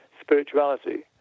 spirituality